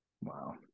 Wow